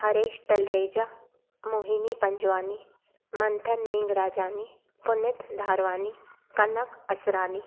Haresh Talreja Mohini Panjwani Manthan Meghrajani Puneet Dharwani Kanak Asrani